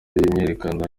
imyiyerekano